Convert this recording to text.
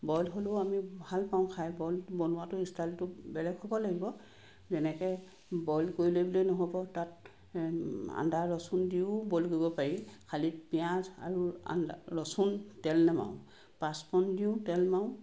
boil হ'লেও আমি ভাল পাওঁ খাই বইল বনোৱাটো ষ্টাইলটো বেলেগ হ'ব লাগিব যেনেকৈ বইল কৰিলে বুলিয়ে নহ'ব তাত আদা ৰচুন দিও বইল কৰিব পাৰি খালী পিঁয়াজ আৰু ৰচুন তেল নেমাৰোঁ পাঁচফোৰণ দিওঁ তেল মাৰোঁ